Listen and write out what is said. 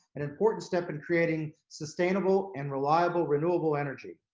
an important step in creating sustainable and reliable renewable energy.